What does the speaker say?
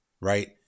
Right